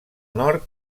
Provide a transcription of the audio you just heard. nord